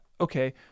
okay